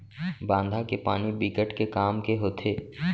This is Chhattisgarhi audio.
बांधा के पानी बिकट के काम के होथे